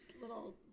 little